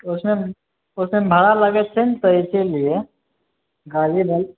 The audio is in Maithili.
उसमे उसमे भाड़ा लागै छै ने तऽ इसीलियै गाड़ी बला